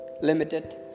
limited